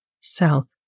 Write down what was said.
south